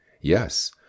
Yes